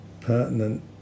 pertinent